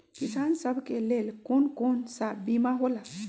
किसान सब के लेल कौन कौन सा बीमा होला?